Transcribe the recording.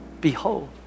Behold